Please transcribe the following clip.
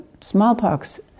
smallpox